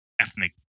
ethnic